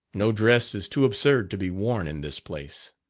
no dress is too absurd to be worn in this place.